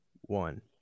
one